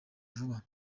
vuba